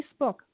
Facebook